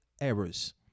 errors